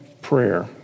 prayer